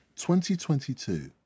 2022